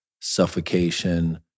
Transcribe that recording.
suffocation